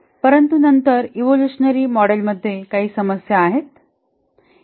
परंतु नंतर इवोल्युशनरी मॉडेलमध्ये काही समस्या आहेत